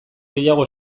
gehiago